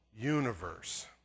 universe